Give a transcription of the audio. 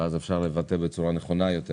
ואז אפשר לבטא בצורה נכונה יותר